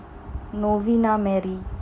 novena mary